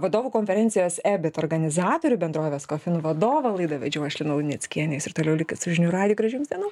vadovų konferencijos ebit organizatorių bendrovės kofin vadovą laidą vedžiau aš lina luneckienė jūs ir toliau likit su žinių radiju gražių jums dienų